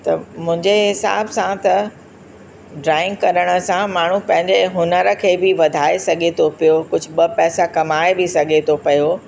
त मुंहिंजे हिसाब सां त ड्रॉइंग करण सां माण्हू पंहिंजे हुनर खे बि वधाए सघे तो पियो कुझ ॿ पैसा कमाए बि सघे थो पियो